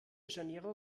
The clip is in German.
janeiro